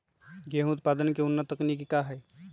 गेंहू उत्पादन की उन्नत तकनीक क्या है?